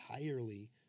entirely